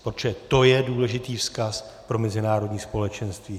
Protože to je důležitý vzkaz pro mezinárodní společenství.